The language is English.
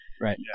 right